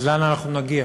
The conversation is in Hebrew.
לאן אנחנו נגיע?